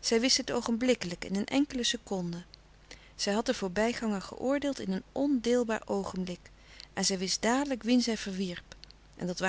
zij wist het oogenblikkelijk in een enkele seconde zij had den voorbijganger geoordeeld in een ondeelbaar oogenblik en zij wist dadelijk wien zij verwierp en dat